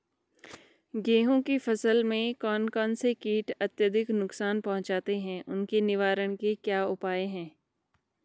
गेहूँ की फसल में कौन कौन से कीट अत्यधिक नुकसान पहुंचाते हैं उसके निवारण के क्या उपाय हैं?